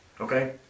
Okay